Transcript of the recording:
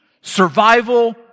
Survival